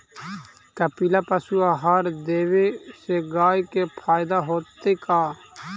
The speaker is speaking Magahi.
कपिला पशु आहार देवे से गाय के फायदा होतै का?